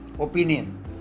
opinion